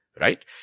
right